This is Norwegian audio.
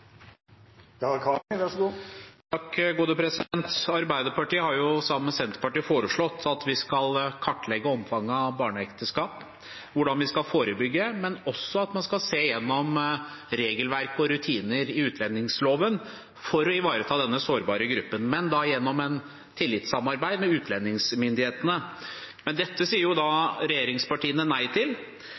Arbeiderpartiet har, sammen med Senterpartiet, foreslått at vi skal kartlegge omfanget av barneekteskap. Det gjelder hvordan vi skal forebygge, og at man skal se gjennom regelverk og rutiner i utlendingsloven for å ivareta denne sårbare gruppen, men da gjennom et tillitssamarbeid med utlendingsmyndighetene. Dette sier regjeringspartiene nei til. Regjeringspartiene viser til